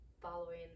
following